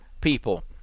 people